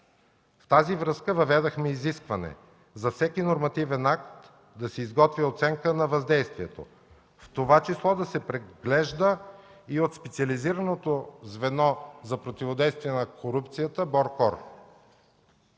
В тази връзка въведохме изискване за всеки нормативен акт да се изготви оценка на въздействие, в това число да се преглежда и от специализираното звено за противодействие на корупцията БОРКОР.